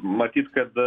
matyt kad